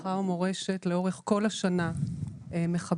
הנצחה ומורשת לאורך כל השנה מחבק,